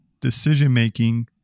decision-making